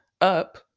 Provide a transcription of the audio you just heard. up